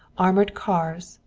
armored cars,